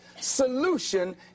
solution